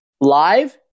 live